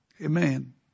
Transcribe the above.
Amen